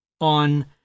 on